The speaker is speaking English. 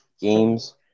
games